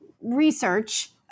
research